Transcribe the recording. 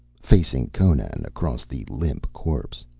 facing conan across the limp corpse.